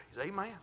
Amen